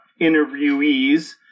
interviewees